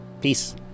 peace